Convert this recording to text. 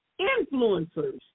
influencers